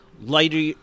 lighter